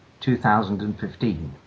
2015